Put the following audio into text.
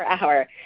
hour